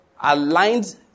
aligned